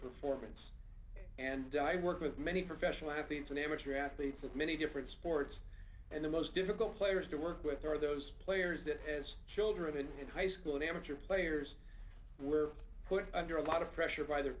performance and work with many professional athletes and amateur athletes of many different sports and the most difficult players to work with are those players that as children in high school and amateur players were put under a lot of pressure by their